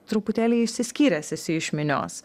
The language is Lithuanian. truputėlį išsiskyręs esi iš minios